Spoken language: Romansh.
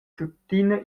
tuttina